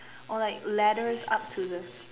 or like ladders up to the